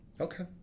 Okay